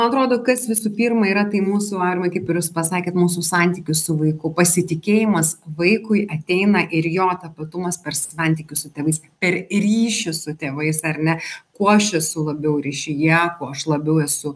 atrodo kas visų pirma yra tai mūsų aurimai kaip ir jūs pasakėt mūsų santykis su vaiku pasitikėjimas vaikui ateina ir jo tapatumas per santykius su tėvais per ryšį su tėvais ar ne kuo aš esu labiau ryšyje kuo aš labiau esu